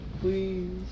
please